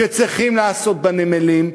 שצריכים לעשות בנמלים,